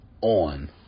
on